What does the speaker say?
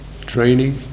training